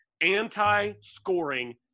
anti-scoring